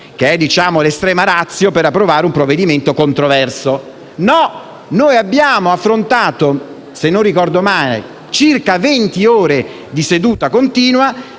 che è l'*extrema ratio* per approvare un provvedimento controverso. No, noi abbiamo invece affrontato, se non ricordo male, circa venti ore di seduta continua,